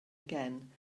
again